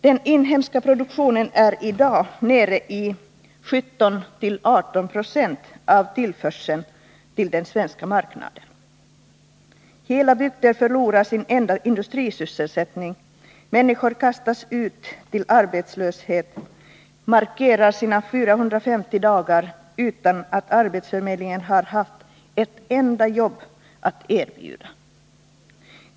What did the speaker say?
Den inhemska produktionen är i dag nere i 17-18 96 av tillförseln till den svenska marknaden. Hela bygder förlorar sin enda industrisysselsättning, människor kastas ut i arbetslöshet — markerar sina 450 dagar utan att arbetsförmedlingen har haft ett enda jobb att erbjuda.